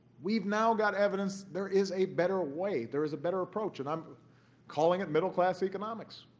we've now got evidence there is a better way, there is a better approach. and i'm calling it middle-class economics.